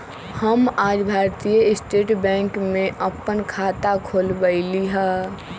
हम आज भारतीय स्टेट बैंक में अप्पन खाता खोलबईली ह